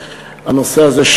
הנושא הזה,